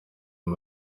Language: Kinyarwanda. uyu